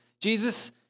Jesus